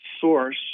source